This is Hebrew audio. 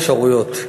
מה האפשרויות?